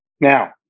Now